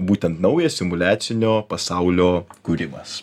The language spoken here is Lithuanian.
būtent nauja simuliacinio pasaulio kūrimas